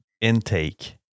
intake